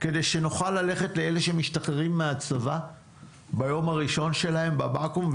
כדי שנוכל ללכת ולהציע לאלה שמשתחררים מהצבא ביום האחרון שלהם בבקו"ם,